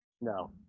No